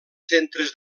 centres